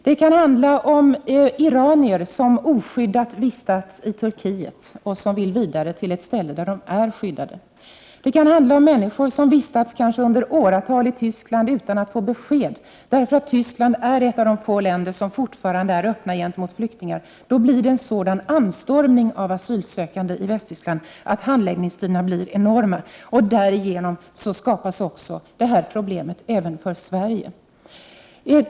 Det kan handla om iranier som oskyddat vistats i Turkiet och som vill vidare till ett ställe där de är skyddade. Det kan handla om människor som kanske under åratal vistats i Västtyskland utan att få besked. För Västtyskland är ett av de få länder som fortfarande är öppet för flyktingar. Då blir det en sådan anstormning av asylsökande att handläggningstiderna blir enorma. Därigenom skapas också detta problem för Sverige.